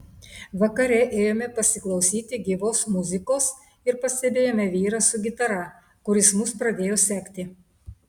vakare ėjome pasiklausyti gyvos muzikos ir pastebėjome vyrą su gitara kuris mus pradėjo sekti